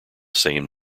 same